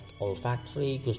olfactory